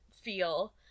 feel